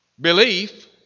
belief